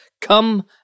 Come